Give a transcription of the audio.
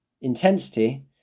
intensity